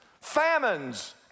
Famines